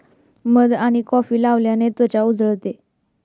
मध आणि कॉफी लावल्याने त्वचा उजळते